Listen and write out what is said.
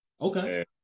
Okay